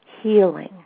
healing